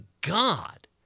God